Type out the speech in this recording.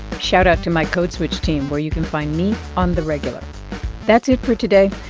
shout out to my code switch team, where you can find me on the regular that's it for today.